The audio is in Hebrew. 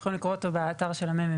אתם יכולים לקרוא אותו באתר של הממ"מ.